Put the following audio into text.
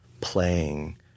playing